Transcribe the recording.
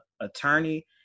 attorney